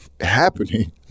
happening